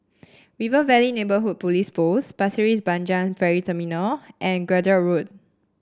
River Valley Neighbourhood Police Post Pasir's Panjang Ferry Terminal and Road